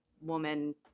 woman